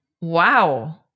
Wow